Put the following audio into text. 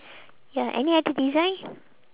ya any other design